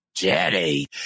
daddy